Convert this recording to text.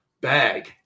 bag